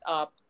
up